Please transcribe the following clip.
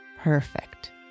Perfect